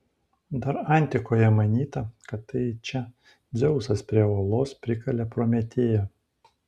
dar antikoje manyta kad tai čia dzeusas prie uolos prikalė prometėją